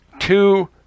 Two